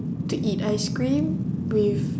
to eat ice cream with